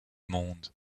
monde